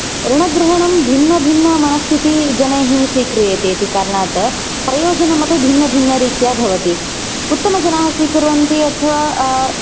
ऋणग्रहणं भिन्नभिन्नमनस्थितिजनैः स्वीक्रियते इति कारणात् प्रयोजनमपि भिन्नभिन्नरीत्या भवति उत्तमजनाः स्वीकुर्वन्ति अथवा